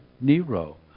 Nero